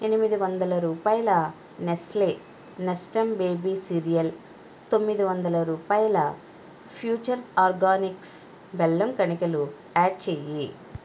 ఎనిమిది వందల రూపాయల నెస్లే నెస్టమ్ బేబీ సియరియల్ తొమ్మిది వందల రూపాయల ఫ్యూచర్ ఆర్గానిక్స్ బెల్లం కణికలు యాడ్ చేయి